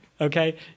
okay